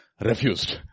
refused